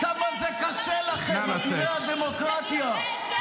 תראה לאיזה שפל הבאת את מדינת ישראל.